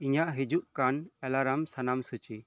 ᱤᱧᱟᱹᱜ ᱦᱤᱡᱩᱜ ᱠᱟᱱ ᱮᱞᱟᱨᱟᱢ ᱥᱟᱱᱟᱢ ᱥᱩᱪᱤ